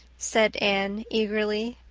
said anne eagerly.